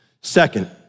Second